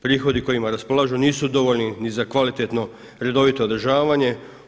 Prihodi kojima raspolažu nisu dovoljni ni za kvalitetno redovito održavanje.